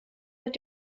mit